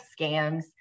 scams